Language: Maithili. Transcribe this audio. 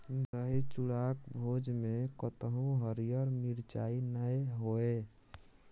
दही चूड़ाक भोजमे कतहु हरियर मिरचाइ नै होए